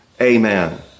Amen